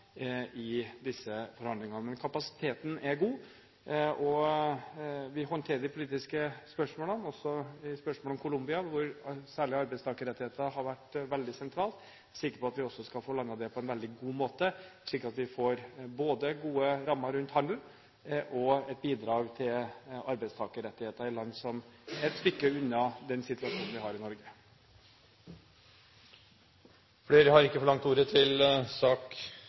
i disse forhandlingene. Men kapasiteten er god, og vi håndterer de politiske spørsmålene, også i spørsmålet om Colombia, hvor særlig arbeidstakerrettigheter har vært et veldig sentralt tema. Jeg er sikker på at vi også skal få landet det på en veldig god måte, slik at vi både får gode rammer rundt handel og et bidrag til arbeidstakerrettigheter i et land som er et stykke unna den situasjonen vi har i Norge. Flere har ikke bedt om ordet til sak